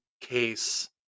case